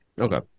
Okay